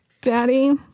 Daddy